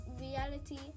reality